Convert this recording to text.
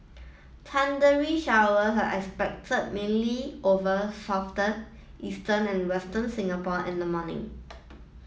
thundery showers are expected mainly over southern eastern and western Singapore in the morning